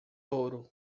ouro